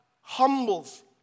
humbles